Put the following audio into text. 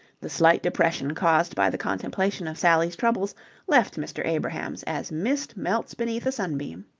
the slight depression caused by the contemplation of sally's troubles left mr. abrahams as mist melts beneath a sunbeam.